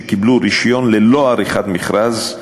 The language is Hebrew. שקיבלו רישיון ללא עריכת מכרז,